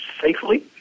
safely